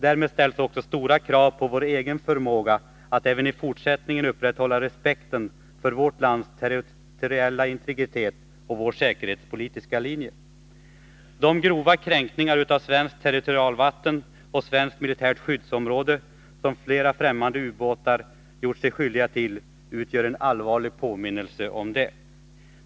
Därmed ställs stora krav på vår egen förmåga att även i fortsättningen upprätthålla respekten för vårt lands territoriella integritet och säkerhetspolitiska linje. De grova kränkningar av svenskt territorialvatten och svenskt militärt skyddsområde som flera främmande ubåtar gjort sig skyldiga till utgör en allvarlig påminnelse härom.